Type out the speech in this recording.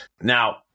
now